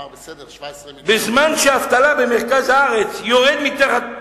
בזמן שהאבטלה במרכז הארץ יורדת מתחת